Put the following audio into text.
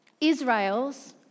Israel's